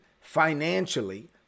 financially